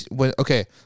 okay